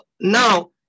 now